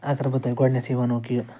اگر بہٕ تۄہہِ گۄڈٕنٮ۪تھٕے وَنو کہِ